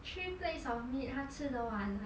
three plates of meat 他吃的完 ah